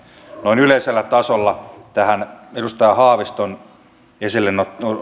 noin yleisellä tasolla tähän edustaja haaviston esille